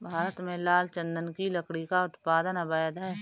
भारत में लाल चंदन की लकड़ी का उत्पादन अवैध है